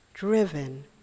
driven